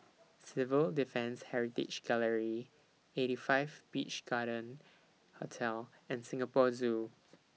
Civil Defence Heritage Gallery eighty five Beach Garden Hotel and Singapore Zoo